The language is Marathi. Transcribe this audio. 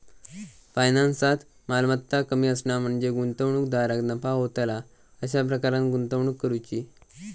फायनान्सात, मालमत्ता कमी असणा म्हणजे गुंतवणूकदाराक नफा होतला अशा प्रकारान गुंतवणूक करुची